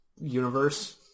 universe